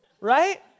right